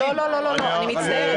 גונן, לא, לא, לא, אני מצטערת.